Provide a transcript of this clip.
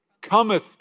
Cometh